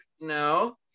no